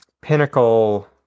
pinnacle